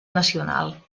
nacional